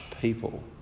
people